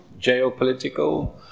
geopolitical